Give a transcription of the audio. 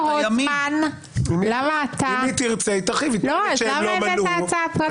אם כן, למה הבאת הצעת חוק פרטית?